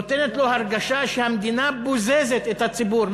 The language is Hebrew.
נותן לו הרגשה שהמדינה בוזזת את הציבור,